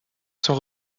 son